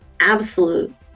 absolute